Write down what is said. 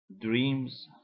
dreams